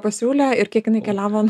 pasiūlė ir kiek jinai keliavo